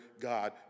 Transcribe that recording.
God